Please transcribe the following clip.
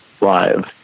live